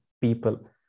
people